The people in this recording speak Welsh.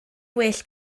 well